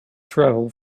travel